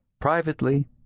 Privately